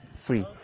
free